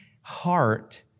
heart